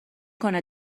کنه